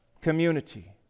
community